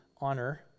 honor